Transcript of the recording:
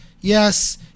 yes